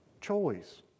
choice